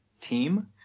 team